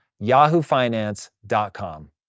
YahooFinance.com